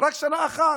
רק שנה אחת,